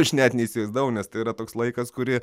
aš net neįsivaizdavau nes tai yra toks laikas kurį